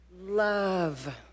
love